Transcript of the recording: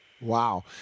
Wow